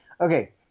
Okay